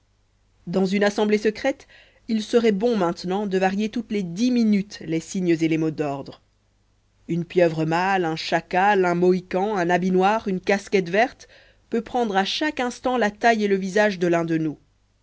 dans une assemblée secrète il serait bon maintenant de varier toutes les dix minutes les signes et les mots d'ordre une pieuvre mâle un chacal un mohican un habit noir une casquette verte peut prendre à chaque instant la taille et le visage de l'un de nous